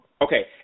Okay